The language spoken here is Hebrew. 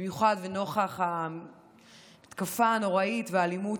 במיוחד נוכח המתקפה הנוראית והאלימות